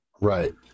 Right